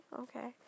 okay